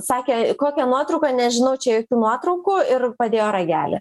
sakė kokią nuotrauką nežinau čia jokių nuotraukų ir padėjo ragelį